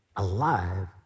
alive